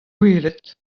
gwelet